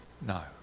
No